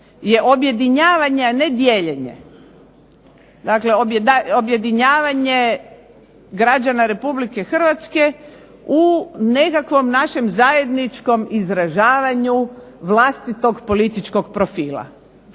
je objedinjavanje a ne dijeljenje. A objedinjavanje građana Republike Hrvatske u nekakvom našem zajedničkom izražavanju vlastitog političkog profila,